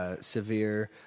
Severe